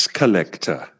collector